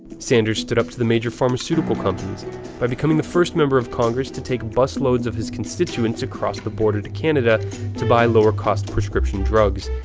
sanders stood up to the major pharmaceutical companies by becoming the first member of congress to take busloads of his constituents across the border to canada to buy lower cost prescription drugs,